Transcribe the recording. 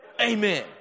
Amen